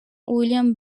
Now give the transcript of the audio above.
william